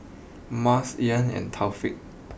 Mas Iman and Taufik